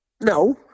No